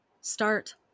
start